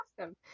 awesome